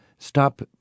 Stop